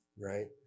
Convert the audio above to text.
right